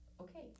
Okay